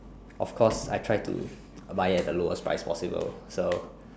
of course I try to buy it at the lowest price possible so